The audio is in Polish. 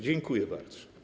Dziękuję bardzo.